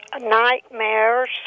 nightmares